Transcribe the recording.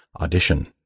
Audition